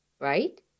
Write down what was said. right